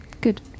Good